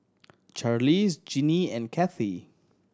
Charlize Jinnie and Cathy